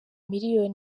miliyoni